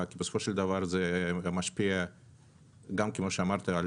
כי בסופו של דבר זה משפיע כמו שאמרתם,